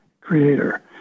creator